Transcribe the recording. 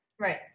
right